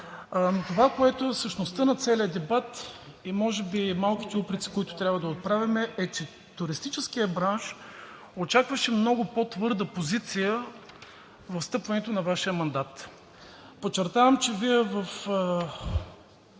Това, което е същността на целия дебат и може би малките упреци, които трябва да отправим, са, че туристическият бранш очакваше много по-твърда позиция при встъпването във Вашия мандат. Подчертавам, че Вие в